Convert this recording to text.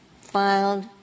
filed